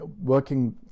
working